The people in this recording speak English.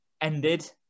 ended